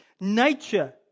nature